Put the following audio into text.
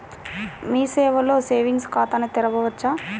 మీ సేవలో సేవింగ్స్ ఖాతాను తెరవవచ్చా?